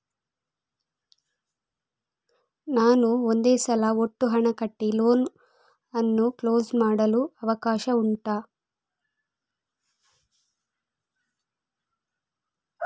ನಾನು ಒಂದೇ ಸಲ ಒಟ್ಟು ಹಣ ಕಟ್ಟಿ ಲೋನ್ ಅನ್ನು ಕ್ಲೋಸ್ ಮಾಡಲು ಅವಕಾಶ ಉಂಟಾ